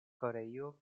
koreio